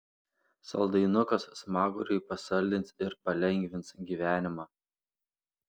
saldainukas smaguriui pasaldins ir palengvins gyvenimą